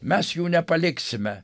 mes jų nepaliksime